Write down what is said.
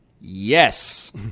Yes